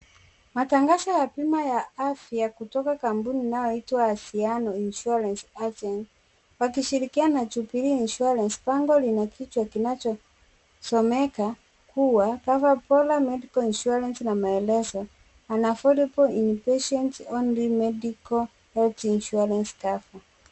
Matangazo ya bima ya afya kutoka kutoka kampuni inayoitwa Aziano Insurance Agent wakishirikiana na Jubilee insurance. Bango lina kichwa kinachosomeka kuwa Cover Bora Medical Insurance na maelezo An Affordable Inpatient Only Medical Health Insurance Cover.